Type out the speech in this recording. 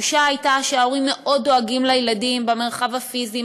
התחושה הייתה שההורים מאוד דואגים לילדים במרחב הפיזי,